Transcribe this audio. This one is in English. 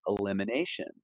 elimination